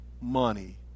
money